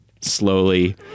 slowly